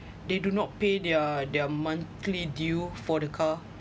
they do not pay their their monthly due for the car